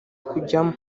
kujyamo